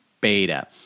beta